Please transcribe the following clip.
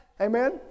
Amen